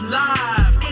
live